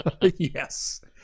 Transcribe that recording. Yes